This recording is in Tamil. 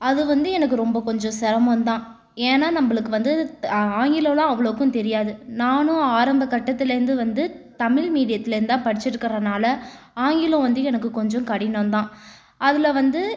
அது வந்து எனக்கு ரொம்ப கொஞ்ச சிரமம் தான் ஏன்னால் நம்மளுக்கு வந்து ஆ ஆங்கிலலாம் அவ்வளோவுக்கு தெரியாது நானும் ஆரம்ப கட்டத்திலேருந்து வந்து தமிழ் மீடியத்திலே இருந்து தான் படிச்சிருக்கிறதுனால ஆங்கிலம் வந்து எனக்கு கொஞ்ச கடினம் தான் அதில் வந்து